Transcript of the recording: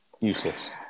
Useless